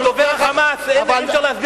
זה דובר ה"חמאס", אי-אפשר להסביר את זה אחרת.